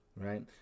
right